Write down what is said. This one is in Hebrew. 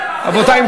מה זה הדבר הזה?